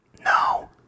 No